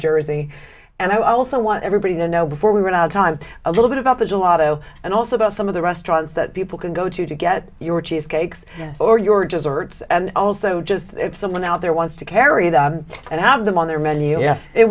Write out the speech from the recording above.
jersey and i also want everybody to know before we run out of time a little bit about this a lotto and also about some of the restaurants that people can go to to get your cheesecakes or your desserts and also just someone out there wants to carry that and have them on their menu it